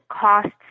costs